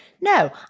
No